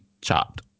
chopped